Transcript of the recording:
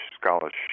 scholarship